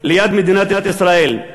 ליד מדינת ישראל.